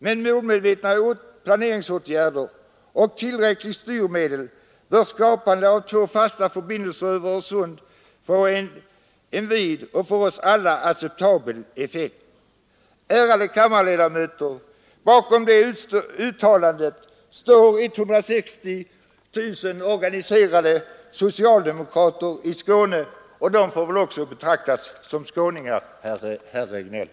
Med målmedvetna planeringsåtgärder och tillräckliga styrmedel bör skapandet av två fasta förbindelser över Öresund få en vid och för oss alla acceptabel effekt.” Ärade kammarledamöter! Bakom detta uttalande står 160 000 organiserade socialdemokrater i Skåne — och de får väl också betraktas som skåningar, herr Regnéll?